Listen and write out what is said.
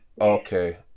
Okay